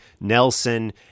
Nelson